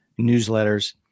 newsletters